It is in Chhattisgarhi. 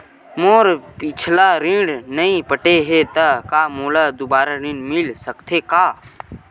मोर पिछला ऋण नइ पटे हे त का मोला दुबारा ऋण मिल सकथे का?